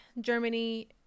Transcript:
Germany